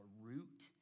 root